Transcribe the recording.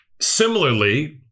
similarly